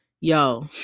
yo